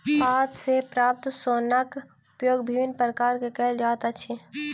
पात सॅ प्राप्त सोनक उपयोग विभिन्न प्रकार सॅ कयल जाइत अछि